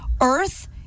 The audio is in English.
Earth